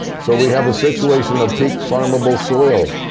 so we have a situation of peak farmable soil.